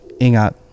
Ingat